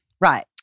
Right